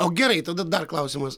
o gerai tada dar klausimas